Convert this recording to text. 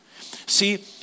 See